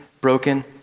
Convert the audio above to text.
broken